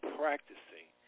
practicing